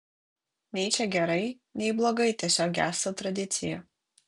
nei čia gerai nei blogai tiesiog gęsta tradicija